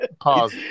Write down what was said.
Pause